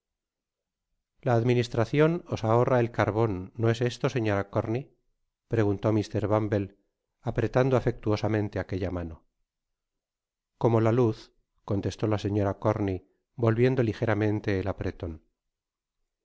la administracion os abona el carbon no es esto señora corney preguntó mr bumble apretando afectuosamente aquella mano como la luz contestó la señora corney volviendo ligeramente el apreton